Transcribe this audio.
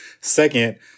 Second